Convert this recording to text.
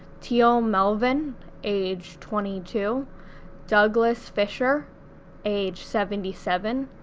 tial melvin age twenty two douglas fischer age seventy seven,